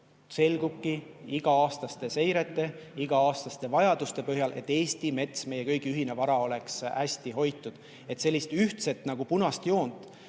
selgubki iga-aastaste seirete, iga-aastaste vajaduste põhjal, et Eesti mets, meie kõigi ühine vara oleks hästi hoitud. Sellist ühtset punast joont